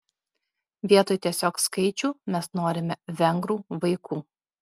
vietoj tiesiog skaičių mes norime vengrų vaikų